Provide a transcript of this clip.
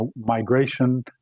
migration